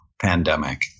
pandemic